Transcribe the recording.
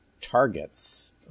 targets